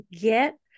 get